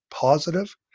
positive